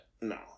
No